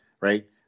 right